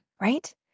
Right